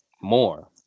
more